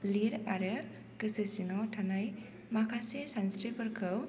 लिर आरो गोसो सिङाव थानाय माखासे सानस्रिफोरखौ